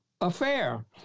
affair